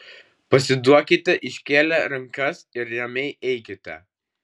pasiduokite iškėlę rankas ir ramiai eikite